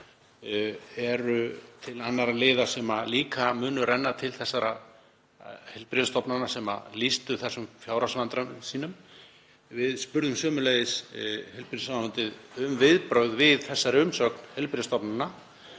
eru til annarra liða sem líka munu renna til þessara heilbrigðisstofnana sem lýstu þessum fjárhagsvandræðum sínum. Við spurðum sömuleiðis heilbrigðisráðuneytið um viðbrögð við þessari umsögn heilbrigðisstofnana